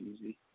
easy